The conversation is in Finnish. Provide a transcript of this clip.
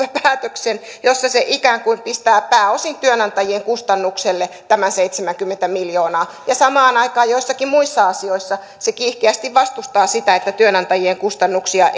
jossa se ikään kuin pistää pääosin työnantajien kustannukselle tämän seitsemänkymmentä miljoonaa ja samaan aikaan joissakin muissa asioissa se kiihkeästi vastustaa sitä että työnantajien kustannuksia